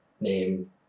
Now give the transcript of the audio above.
name